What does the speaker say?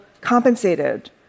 compensated